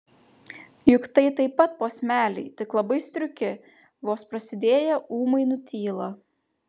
juk tai taip pat posmeliai tik labai striuki vos prasidėję ūmai nutyla